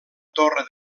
torre